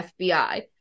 FBI